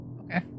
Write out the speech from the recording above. Okay